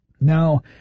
Now